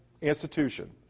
institution